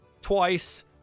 twice